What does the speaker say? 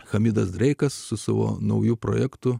chamidas dreikas su savo nauju projektu